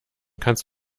kannst